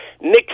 Nick